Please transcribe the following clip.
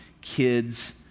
kids